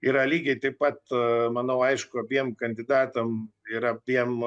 yra lygiai taip pat manau aišku abiem kandidatam ir abiem